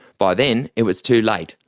by then it was too late,